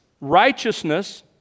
righteousness